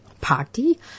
party